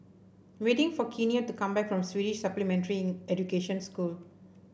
waiting for Kenia to come back from Swedish Supplementary Education School